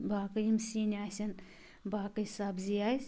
باقٕے یِم سِنۍ آسیٚن باقٕے سَبزی آسہِ